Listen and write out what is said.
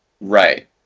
Right